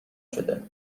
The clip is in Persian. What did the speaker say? شده